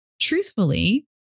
truthfully